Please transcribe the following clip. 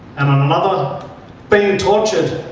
and on another being tortured.